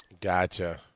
Gotcha